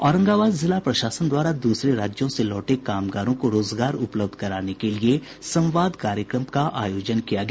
औरंगाबाद जिला प्रशासन द्वारा दूसरे राज्यों से लौटे कामगारों को रोजगार उपलब्ध कराने के लिये संवाद कार्यक्रम का आयोजन किया गया